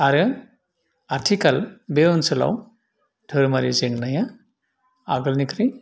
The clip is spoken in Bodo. आरो आथिखाल बे ओनसोलाव धोरोमारि जेंनाया आगोलनिख्रुइ